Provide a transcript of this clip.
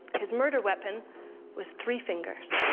his murder weapon was three fingers.